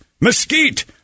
Mesquite